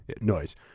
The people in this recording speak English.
noise